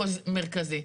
לשלטון המרכזי.